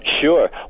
Sure